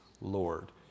Lord